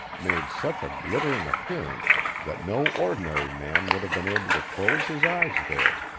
made such a glittering appearance that no ordinary man would have been able to close his eyes there.